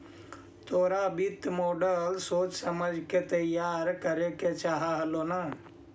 तोरा वित्तीय मॉडल सोच समझ के तईयार करे के चाह हेलो न